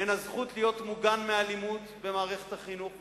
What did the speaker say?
הן הזכות להיות מוגן מאלימות במערכת החינוך,